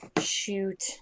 Shoot